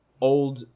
old